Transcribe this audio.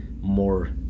more